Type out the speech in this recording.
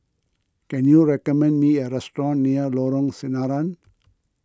can you recommend me a restaurant near Lorong Sinaran